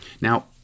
Now